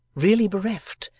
really bereft,